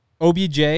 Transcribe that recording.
OBJ